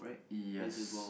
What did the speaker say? yes